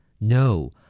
No